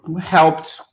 helped